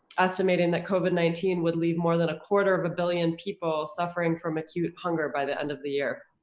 estimating that covid nineteen would leave more than a quarter of a billion people suffering from acute hunger by the end of the year.